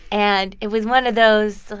and it was one of those, so